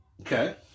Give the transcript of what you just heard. Okay